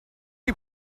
you